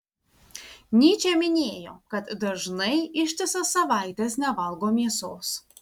nyčė minėjo kad dažnai ištisas savaites nevalgo mėsos